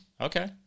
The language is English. Okay